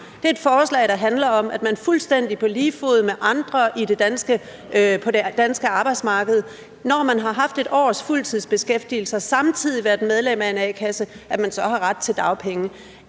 Det er et forslag, der handler om, at man fuldstændig på lige fod med andre på det danske arbejdsmarked, når man har haft 1 års fuldtidsbeskæftigelse og samtidig været medlem af en a-kasse, har ret til dagpenge.